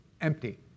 empty